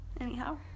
Anyhow